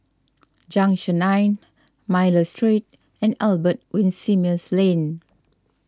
Junction nine Miller Street and Albert Winsemius Lane